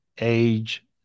age